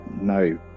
no